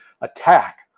attack